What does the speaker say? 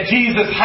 Jesus